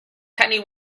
penny